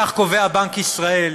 כך קובע בנק ישראל,